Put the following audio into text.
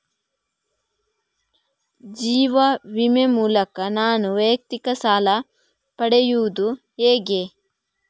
ಜೀವ ವಿಮೆ ಮೂಲಕ ನಾನು ವೈಯಕ್ತಿಕ ಸಾಲ ಪಡೆಯುದು ಹೇಗೆ?